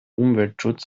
umweltschutz